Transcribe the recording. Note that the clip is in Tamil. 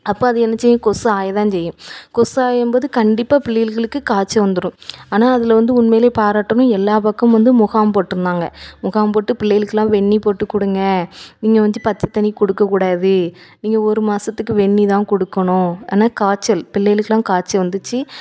அப்போ அது என்ன செய்யும் கொசு ஆய தான் செய்யும் கொசு ஆயம்போது கண்டிப்பாக புள்ளைகளுக்கு காச்சல் வந்துடும் ஆனால் அதில் வந்து உண்மையிலேயே பாராட்டணும் எல்லா பக்கமும் வந்து முகாம் போட்டுருந்தாங்க முகாம் போட்டு புள்ளைகளுக்குல்லாம் வெந்நீர் போட்டு கொடுங்க நீங்கள் வந்து பச்சை தண்ணி கொடுக்கக்கூடாது நீங்கள் ஒரு மாதத்துக்கு வெந்நீர் தான் கொடுக்கணும் ஏன்னா காய்ச்சல் புள்ளைகளுக்குல்லாம் காச்சல் வந்துடுச்சி